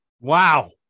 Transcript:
Wow